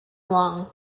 long